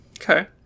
okay